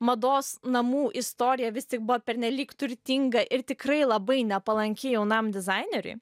mados namų istorija vis tik buvo pernelyg turtinga ir tikrai labai nepalanki jaunam dizaineriui